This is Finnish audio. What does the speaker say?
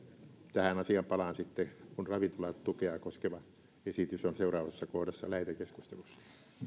tähän asiaan palaan sitten kun ravintolatukea koskeva esitys on seuraavassa kohdassa lähetekeskustelussa